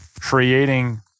creating